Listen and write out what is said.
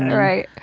right,